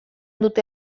dute